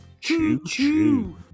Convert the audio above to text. Choo-choo